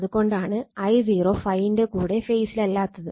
അത് കൊണ്ടാണ് I0 ∅ ന്റെ കൂടെ ഫേസിലല്ലാത്തത്